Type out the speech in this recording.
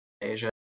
Asia